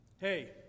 hey